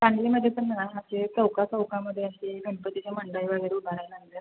सांगलीमध्ये पण असे चौकाचौकामध्ये असे गणपतीचे मंडळ वगैरे उभारायला लागल्या आहेत